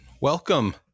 welcome